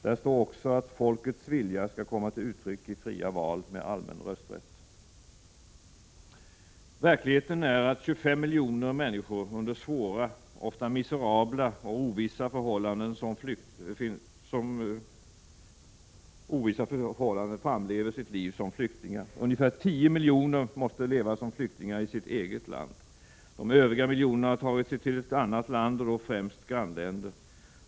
Där står också att folkets vilja skall komma till uttryck i fria val med allmän rösträtt. Verkligheten är att 25 miljoner människor under svåra, ofta miserabla och ovissa förhållanden framlever sitt liv som flyktingar. Ungefär 10 miljoner måste leva som flyktingar i sitt eget land. De övriga miljonerna har tagit sig till ett annat land, och då främst ett grannland.